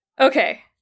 okay